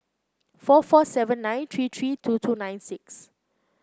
four four seven nine three three two two nine six